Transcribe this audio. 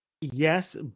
yes